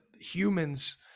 humans